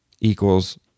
equals